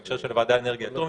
בהקשר של הוועדה לאנרגיה אטומית,